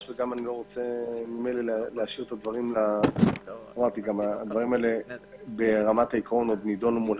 וגם הדברים הללו עוד צריכים להיות נדונים מול